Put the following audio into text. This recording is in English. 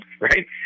right